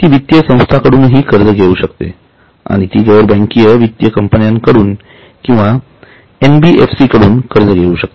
ती वित्तीय संस्थांकडूनही कर्ज घेऊ शकते आणि ती गैरबँकिंग वित्तीय कंपन्यांकडून किंवा एनबीएफसी कडून कर्ज घेऊ शकते